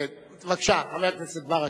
בבקשה, חבר הכנסת ברכה.